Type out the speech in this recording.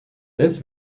this